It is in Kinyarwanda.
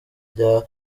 rya